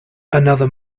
another